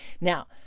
Now